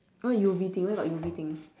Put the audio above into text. what U_V thing where got U_V thing